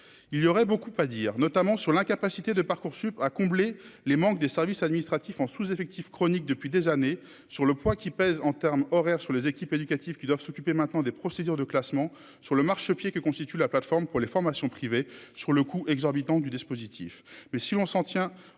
il y aurait beaucoup à dire, notamment sur l'incapacité de Parcoursup à combler les manques des services administratifs en sous-effectif chronique depuis des années sur le poids qui pèse en terme horaire sur les équipes éducatives qui doivent s'occuper maintenant des procédures de classement sur le marchepied que constitue la plateforme pour les formations privées sur le coût exorbitant du dispositif